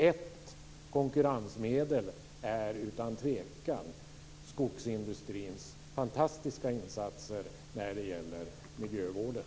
Ett konkurrensmedel är utan tvekan skogsindustrins fantastiska insatser när det gäller miljövården.